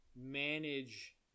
manage